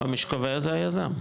מי שקובע זה היזם,